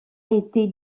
été